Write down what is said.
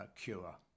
cure